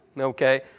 okay